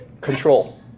Control